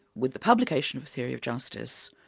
with the publication of a theory of justice,